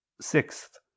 Sixth